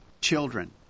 Children